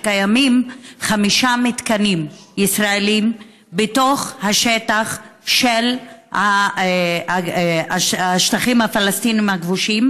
קיימים חמישה מתקנים ישראליים בתוך השטח של השטחים הפלסטיניים הכבושים.